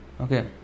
Okay